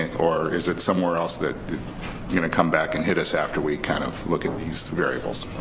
or is it somewhere else that gonna come back and hit us after we kind of look at these variables?